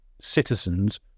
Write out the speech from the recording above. citizens